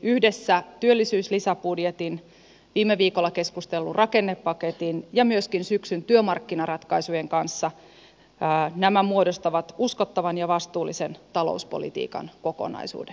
yhdessä työllisyyslisäbudjetin viime viikolla keskustellun rakennepaketin ja myöskin syksyn työmarkkinaratkaisujen kanssa se muodostaa uskottavan ja vastuullisen talouspolitiikan kokonaisuuden